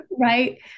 right